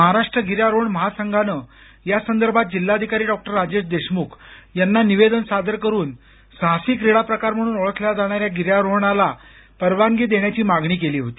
महाराष्ट्र गिर्यारोहण महासंघानं यासंदर्भात जिल्हाधिकारी डॉक्टर राजेश देशमुख याना निवेदन सादर करून साहसी क्रीडाप्रकार म्हणून ओळखल्या जाणाऱ्या गिर्यारोहणाला परवानगी देण्याची मागणी केली होती